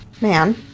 man